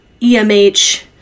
EMH